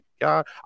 god